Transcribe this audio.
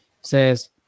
says